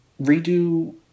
redo